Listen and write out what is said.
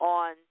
on